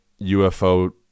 UFO